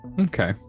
Okay